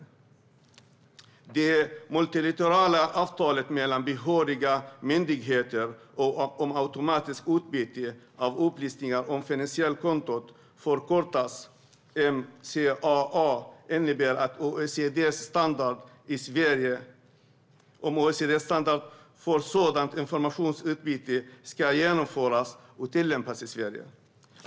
Vissa ändringar vad gäller automatiskt utbyte av upplysningar om finansiella konton Det multilaterala avtalet mellan behöriga myndigheter om automatiskt utbyte av upplysningar om finansiella konton, förkortat MCAA, innebär att OECD:s standard för sådant informationsutbyte ska genomföras och tillämpas i Sverige.